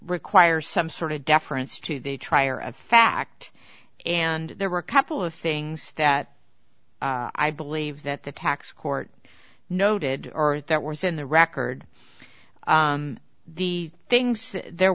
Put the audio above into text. require some sort of deference to the trier of fact and there were a couple of things that i believe that the tax court noted or that was in the record the things that there